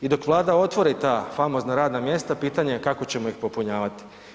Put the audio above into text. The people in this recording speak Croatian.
I dok Vlada otvori ta famozna radna mjesta pitanje je kako ćemo ih popunjavati.